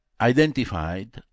identified